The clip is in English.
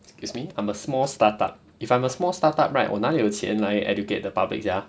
excuse me I'm a small startup if I'm a small start up right 我哪里有钱前来 educate the public sia